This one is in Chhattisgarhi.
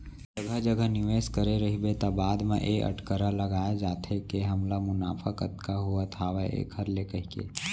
जघा जघा निवेस करे रहिबे त बाद म ए अटकरा लगाय जाथे के हमला मुनाफा कतका होवत हावय ऐखर ले कहिके